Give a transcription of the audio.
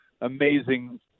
amazing